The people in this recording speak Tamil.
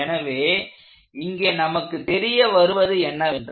எனவே இங்கே நமக்கு தெரிய வருவது என்னவென்றால்